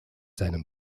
seinem